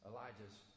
Elijah's